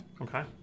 okay